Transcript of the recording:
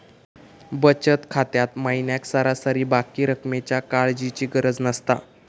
बचत खात्यात महिन्याक सरासरी बाकी रक्कमेच्या काळजीची गरज नसता